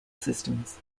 systems